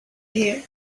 here